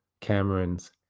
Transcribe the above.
Cameron's